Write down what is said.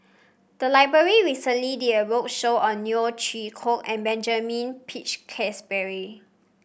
the library recently did a roadshow on Neo Chwee Kok and Benjamin Peach Keasberry